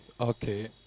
Okay